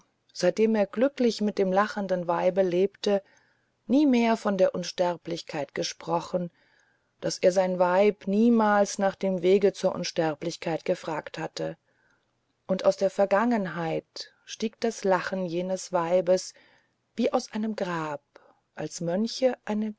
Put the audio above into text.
seitdem er glücklich mit dem lachenden weibe lebte nie mehr von der unsterblichkeit gesprochen daß er sein weib niemals nach dem wege zur unsterblichkeit gefragt hatte und aus der vergangenheit stieg das lachen jenes weibes wie aus einem grab als mönche eine